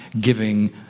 giving